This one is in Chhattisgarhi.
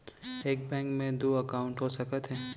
एक बैंक में दू एकाउंट हो सकत हे?